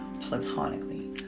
Platonically